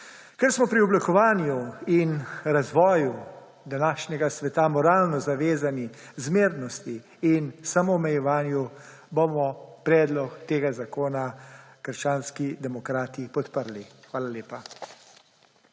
Ker smo pri oblikovanju in razvoju današnjega sveta moralno zavezani k zmernosti in samoomejevanju, bomo predlog tega zakona krščanski demokrati podprli. Hvala lepa.